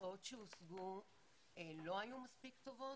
התוצאות שהושגו לא היו מספיק טובות,